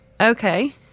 Okay